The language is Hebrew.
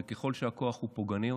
וככל שהכוח הוא פוגעני יותר,